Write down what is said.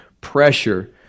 pressure